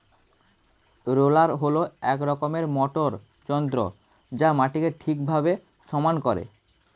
roller হল এক রকমের মোটর যন্ত্র যা মাটিকে ঠিকভাবে সমান করে